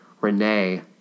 Renee